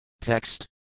Text